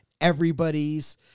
everybody's